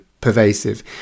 pervasive